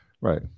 Right